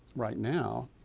right now,